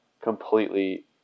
completely